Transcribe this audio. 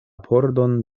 pordon